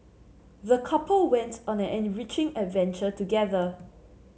the couple went on an enriching adventure together